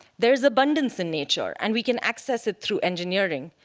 there's abundance in nature, and we can access it through engineering.